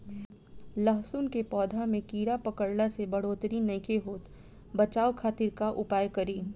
लहसुन के पौधा में कीड़ा पकड़ला से बढ़ोतरी नईखे होत बचाव खातिर का उपाय करी?